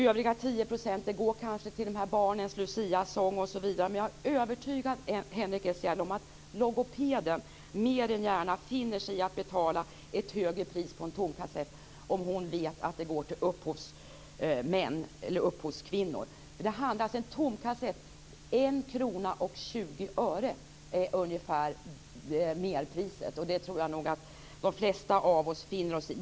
Övriga 10 % går kanske till barnens luciasång osv. Men jag är övertygad om, Henrik S Järrel, att logopeden mer än gärna finner sig i att betala ett högre pris på en tomkassett om hon vet att det går till upphovsmän eller upphovskvinnor. För en tomkassett handlar det om 1:20 kr. Det är det ungefärliga merpriset, och det tror jag nog att de flesta av oss finner oss i.